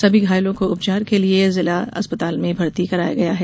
सभी घायलों को उपचार के लिये जिला अस्पताल में भर्ती कराया गया है